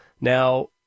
now